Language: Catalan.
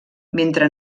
mentre